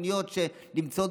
תוכניות שנמצאות